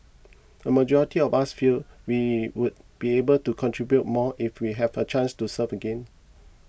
a majority of us feel we would be able to contribute more if we have a chance to serve again